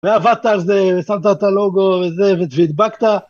ועבדת על זה ושמת את הלוגו וזה והדבקת.